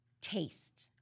taste